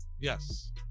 Yes